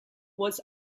was